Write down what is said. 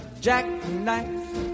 jackknife